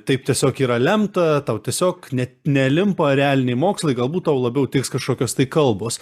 taip tiesiog yra lemta tau tiesiog net nelimpa realiniai mokslai galbūt tau labiau tiks kažkokios kalbos